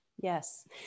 Yes